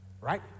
Right